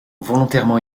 volontairement